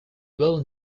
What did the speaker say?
will